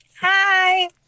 Hi